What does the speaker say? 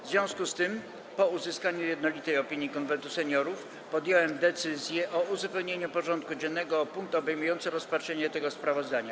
W związku z tym, po uzyskaniu jednolitej opinii Konwentu Seniorów, podjąłem decyzję o uzupełnieniu porządku dziennego o punkt obejmujący rozpatrzenie tego sprawozdania.